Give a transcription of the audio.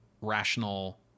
rational